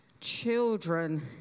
Children